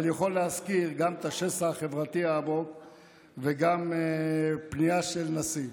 אבל יכול להזכיר גם את השסע החברתי העמוק וגם פנייה של נשיא.